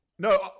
No